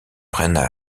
prennent